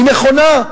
היא נכונה.